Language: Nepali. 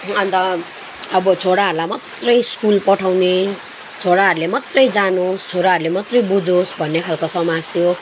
अन्त अब छोराहरूलाई मात्रै स्कुल पठाउने छोराहरूले मात्रै जानोस् छोराहरूले मात्रै बुझोस् भन्ने खालको समाज थियो